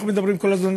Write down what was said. אנחנו מדברים כל הזמן,